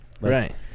right